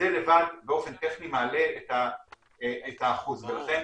זה לבד באופן טכני מעלה את האחוז ולכן